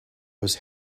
was